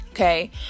Okay